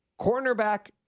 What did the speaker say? cornerback